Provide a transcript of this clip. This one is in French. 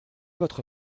votre